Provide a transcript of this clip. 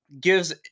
gives